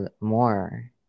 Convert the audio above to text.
more